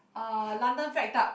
uh London Fat Duck